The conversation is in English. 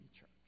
Church